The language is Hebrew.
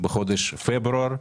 בחודש פברואר,